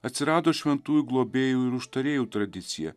atsirado šventųjų globėjų ir užtarėjų tradicija